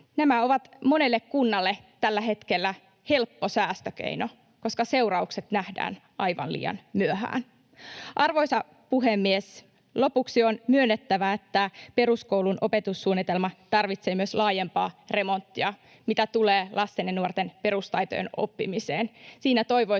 Nämä ovat monelle kunnalle tällä hetkellä helppo säästökeino, koska seuraukset nähdään aivan liian myöhään. Arvoisa puhemies! Lopuksi on myönnettävä, että peruskoulun opetussuunnitelma tarvitsee myös laajempaa remonttia, mitä tulee lasten ja nuorten perustaitojen oppimiseen.